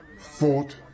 fought